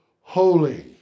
holy